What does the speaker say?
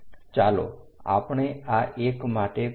ચાલો આપણે આ એક માટે કરીએ